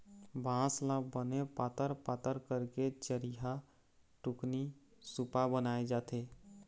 बांस ल बने पातर पातर करके चरिहा, टुकनी, सुपा बनाए जाथे